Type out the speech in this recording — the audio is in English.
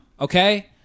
okay